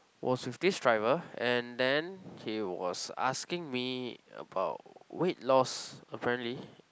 was with this driver and then he was asking me about weigh loss apparently